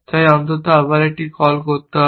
তাই অন্তত আরও একটি কল করতে হবে